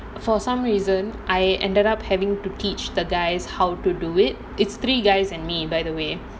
for some reason I ended up having to teach the guys how to do it it's three guys and me by the way